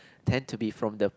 tend to be from the